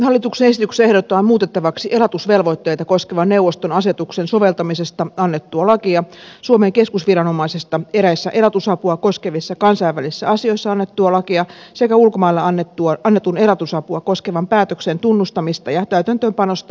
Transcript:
hallituksen esityksessä ehdotetaan muutettavaksi elatusvelvoitteita koskevan neuvoston asetuksen soveltamisesta annettua lakia suomen keskusviranomaisesta eräissä elatusapua koskevissa kansainvälisissä asioissa annettua lakia sekä ulkomailla annetun elatusapua koskevan päätöksen tunnustamisesta ja täytäntöönpanosta annettua lakia